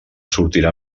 sortirà